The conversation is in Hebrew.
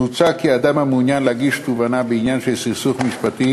מוצע כי אדם המעוניין להגיש תובענה בעניין של סכסוך משפחתי